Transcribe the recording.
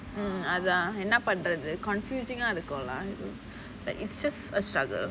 அதான் என்ன பண்றது:athaan enna pandrathu confusing ah இருக்கும்:irukum lah like it's just a struggle